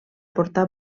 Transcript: portar